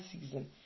season